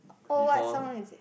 oh what song is it